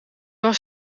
was